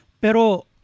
Pero